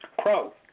crow